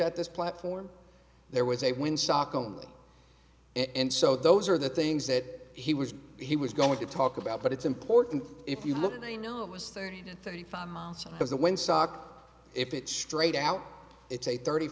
at this platform there was a wind sock only and so those are the things that he was he was going to talk about but it's important if you look at i know it was thirty to thirty five miles of the wind sock if it's straight out it's a thirty